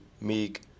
Meek